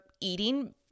eating